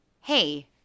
hey